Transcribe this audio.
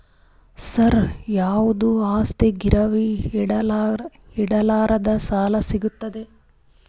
ಸರ, ಯಾವುದು ಆಸ್ತಿ ಗಿರವಿ ಇಡಲಾರದೆ ಸಾಲಾ ಸಿಗ್ತದೇನ್ರಿ?